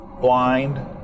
blind